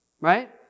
right